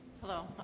Hello